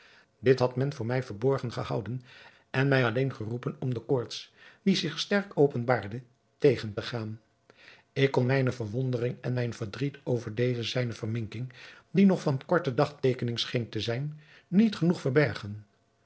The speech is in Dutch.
dit had men voor mij verborgen gehouden en mij alleen geroepen om de koorts die zich sterk openbaarde tegen te gaan ik kon mijne verwondering en mijn verdriet over deze zijne verminking die nog van korte dagteekening scheen te zijn niet genoeg verbergen